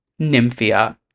nymphia